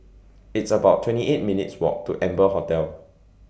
It's about twenty eight minutes' Walk to Amber Hotel